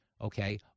okay